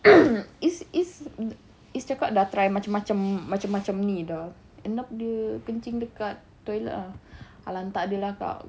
izz izz izz cakap dah try macam-macam macam-macam ni dah end up dia kencing dekat toilet ah lantak dia lah kak